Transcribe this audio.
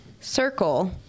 circle